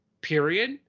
period